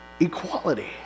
equality